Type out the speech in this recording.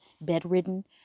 bedridden